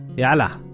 yalla,